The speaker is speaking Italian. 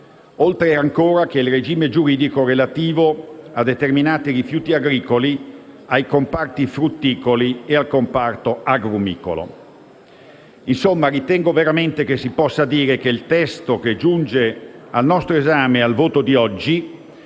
e ancora il regime giuridico relativo a determinati rifiuti agricoli, ai comparti frutticolo e agrumicolo. Insomma, ritengo veramente che si possa dire che il testo che giunge al nostro esame e al voto di oggi